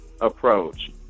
approach